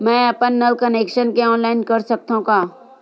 मैं अपन नल कनेक्शन के ऑनलाइन कर सकथव का?